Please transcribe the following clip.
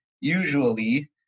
usually